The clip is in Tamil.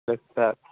சரி சார்